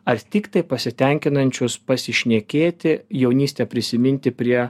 ar tiktai pasitenkinančius pasišnekėti jaunystę prisiminti prie